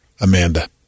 Amanda